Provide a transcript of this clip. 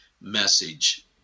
message